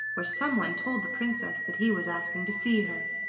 where someone told the princess that he was asking to see her.